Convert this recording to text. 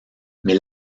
mais